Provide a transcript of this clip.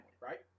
right